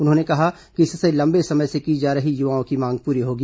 उन्होंने कहा कि इससे लम्बे समय से की जा रही युवाओं की मांग पूरी होगी